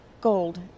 gold